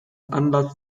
anlass